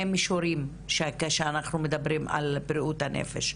מישורים כאשר אנחנו מדברים על בריאות הנפש.